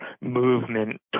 movement